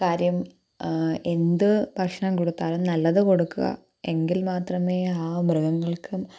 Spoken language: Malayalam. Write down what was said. കാര്യം എന്തു ഭക്ഷണം കൊടുത്താലും നല്ലത് കൊടുക്കുക എങ്കിൽ മാത്രമേ ആ മൃഗങ്ങൾക്കും